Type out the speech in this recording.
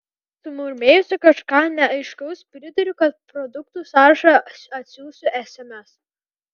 sumurmėjusi kažką neaiškaus priduriu kad produktų sąrašą atsiųsiu sms